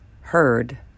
heard